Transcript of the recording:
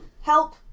help